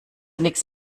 nichts